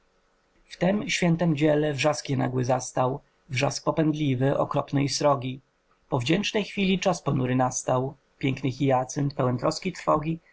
tem świętem dziele wrzask je nagły zastał wrzask popędliwy okropny i srogi po wdzięcznej chwili czas ponury nastał piękny hyacynt pełen trosk i trwogi